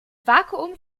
vakuum